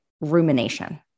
rumination